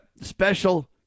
special